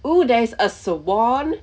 oh there's a swan